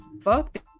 fuck